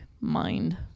mind